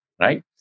right